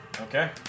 okay